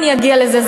אני אגיע לזה.